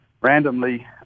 randomly